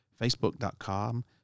Facebook.com